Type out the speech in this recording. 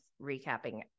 recapping